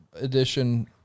edition